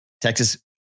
Texas